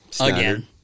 Again